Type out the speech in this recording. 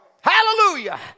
Hallelujah